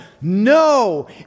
No